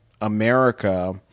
America